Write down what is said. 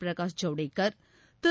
Prakash Javadekar Thiru